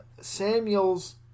Samuels